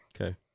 Okay